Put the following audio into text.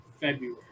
February